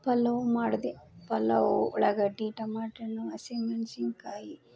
ಪಲಾವ್ ಮಾಡಿದೆ ಪಲಾವು ಉಳ್ಳಾಗಡ್ಡಿ ಟಮಾಟ್ ಹಣ್ಣು ಹಸಿ ಮೆಣ್ಸಿನ್ಕಾಯಿ